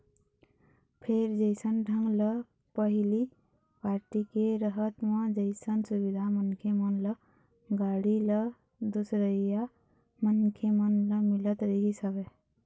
फेर जइसन ढंग ले पहिली पारटी के रहत म जइसन सुबिधा मनखे मन ल, गाड़ी ल, दूसरइया मनखे मन ल मिलत रिहिस हवय